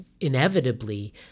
inevitably